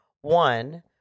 one